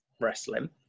wrestling